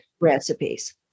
recipes